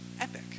epic